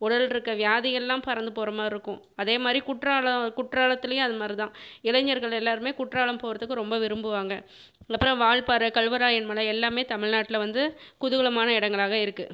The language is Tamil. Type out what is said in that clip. உடல்லிருக்க வியாதிகள்லாம் பறந்து போகிற மாதிரி இருக்கும் அதே மாதிரி குற்றாலம் குற்றாலத்திலையும் அது மாதிரி தான் இளைஞர்கள் எல்லாருமே குற்றாலம் போகிறத்துக்கு ரொம்ப விரும்புவாங்கள் அப்புறம் வால்பாறை கல்வராயன் மலை எல்லாமே தமிழ்நாட்டில் வந்து குதுகலமான இடங்களாக இருக்குது